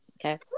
Okay